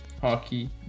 Hockey